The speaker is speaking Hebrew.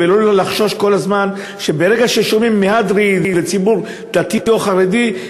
ולא לחשוש כל הזמן כששומעים "מהדרין" ו"ציבור דתי" או "חרדי",